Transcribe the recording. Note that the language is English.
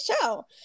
show